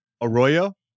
Arroyo